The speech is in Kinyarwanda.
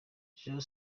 jon